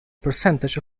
percentage